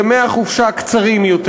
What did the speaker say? ימי החופשה קצרים יותר.